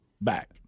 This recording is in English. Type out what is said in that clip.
back